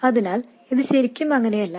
അതിനാൽ ഇത് ശരിക്കും അങ്ങനെയല്ല